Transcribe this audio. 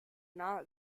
not